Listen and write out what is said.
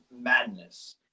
madness